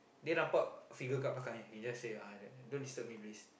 they nampak figure kat belakang he just say ah don't disturb me please